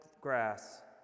grass